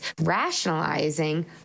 rationalizing